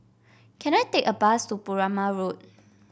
can I take a bus to Perumal Road